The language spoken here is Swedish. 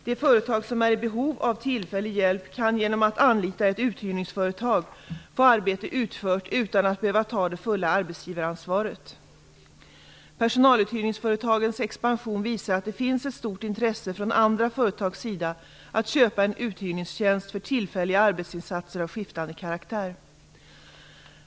Det företag som är i behov av tillfällig hjälp kan genom att anlita ett uthyrningsföretag få arbetet utfört utan att behöva ta det fulla arbetsgivaransvaret. Personaluthyrningsföretagens expansion visar att det finns ett stort intresse från andra företags sida att köpa en uthyrningstjänst för tillfälliga arbetsinsatser av skiftande karaktär.